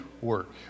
work